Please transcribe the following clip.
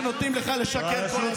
שבה נותנים לך לשקר כל הזמן.